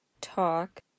Talk